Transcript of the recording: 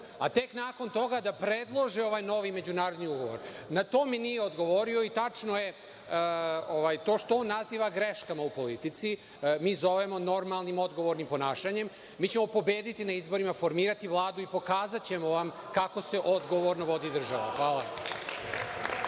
a tek nakon toga da predlože ovaj novi međunarodni ugovor. Na to mi nije odgovorio i tačno je to što on naziva greškama u politici, mi zovemo normalnim odgovornim ponašanjem. Mi ćemo pobediti na izborima, formirati Vladu i pokazaćemo vam kako se odgovorno vodi država. Hvala